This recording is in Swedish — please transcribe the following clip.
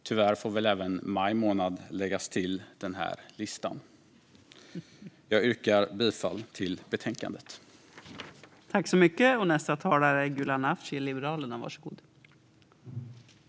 Tyvärr får väl även maj månad läggas till den listan. Jag yrkar bifall till utskottets förslag.